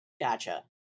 Gotcha